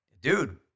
dude